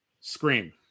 scream